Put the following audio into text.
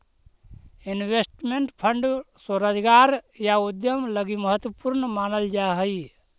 investment fund स्वरोजगार या उद्यम लगी महत्वपूर्ण मानल जा हई